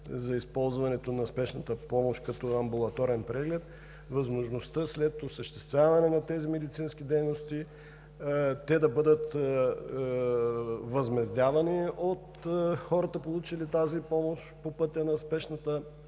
за използването на спешната помощ като амбулаторен преглед – възможността след осъществяване на тези медицински дейности те да бъдат възмездявани от хората, получили тази помощ по пътя на спешната